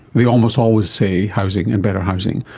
they almost always say housing and better housing.